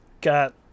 got